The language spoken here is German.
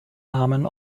namen